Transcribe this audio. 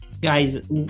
guys